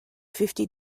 fifty